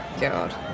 God